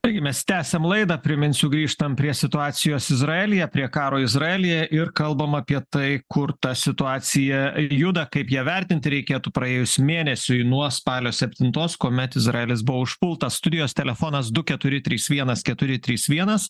taigi mes tęsiam laidą priminsiu grįžtam prie situacijos izraelyje prie karo izraelyje ir kalbam apie tai kur ta situacija juda kaip ją vertinti reikėtų praėjus mėnesiui nuo spalio septintos kuomet izraelis buvo užpultas studijos telefonas du keturi trys vienas keturi trys vienas